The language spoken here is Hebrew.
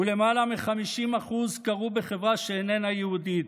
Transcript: ולמעלה מ-50% קרו בחברה שאיננה יהודית,